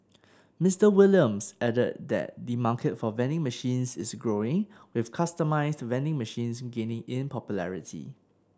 Mister Williams added that the market for vending machines is growing with customised vending machines gaining in popularity